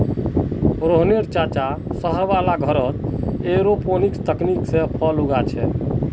रोहनेर चाचा शहर वाला घरत एयरोपोनिक्स तकनीक स फल उगा छेक